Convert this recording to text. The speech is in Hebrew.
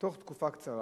תוך תקופה קצרה